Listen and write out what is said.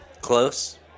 Close